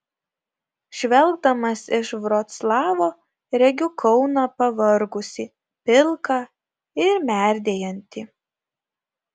žvelgdamas iš vroclavo regiu kauną pavargusį pilką ir merdėjantį